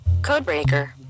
Codebreaker